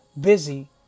busy